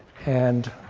and